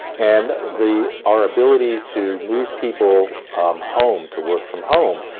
and the, our ability to move people home, to work from home,